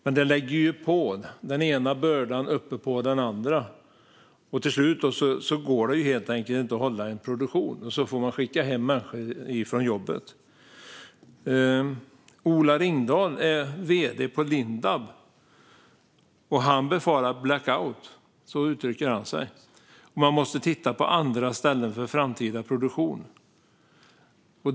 Men den ena bördan läggs på den andra. Till slut går det helt enkelt inte att hålla igång en produktion. Då får man skicka hem människor från jobbet. Ola Ringdahl är vd på Lindab. Han befarar blackout. Så uttrycker han sig. Man måste titta på andra ställen för framtida produktion.